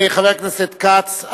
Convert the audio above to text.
חבר הכנסת כץ,